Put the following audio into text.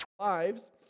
lives